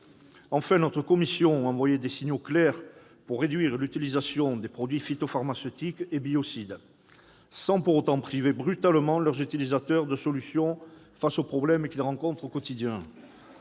Enfin, notre commission a envoyé des signaux clairs pour réduire l'utilisation des produits phytopharmaceutiques et biocides, sans pour autant priver brutalement leurs utilisateurs de solutions face aux problèmes qu'ils rencontrent au quotidien.